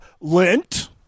lint